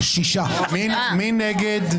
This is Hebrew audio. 6 נגד,